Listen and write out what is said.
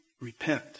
repent